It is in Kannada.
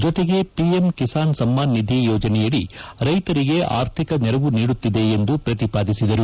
ಜತೆಗೆ ಪಿಎಂ ಕಿಸಾನ್ ಸಮ್ಮಾನ್ ನಿಧಿ ಯೋಜನೆಯಡಿ ರೈತರಿಗೆ ಆರ್ಥಿಕ ನೆರವು ನೀಡುತ್ತಿದೆ ಎಂದು ಪ್ರತಿಪಾದಿಸಿದರು